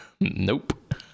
Nope